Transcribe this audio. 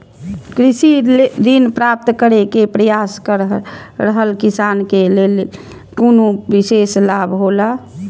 कृषि ऋण प्राप्त करे के प्रयास कर रहल किसान के लेल कुनु विशेष लाभ हौला?